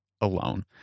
alone